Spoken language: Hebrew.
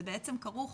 זה בעצם כרוך